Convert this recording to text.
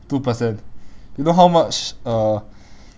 two percent you know how much uh